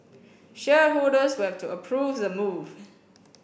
shareholders will have to approve the move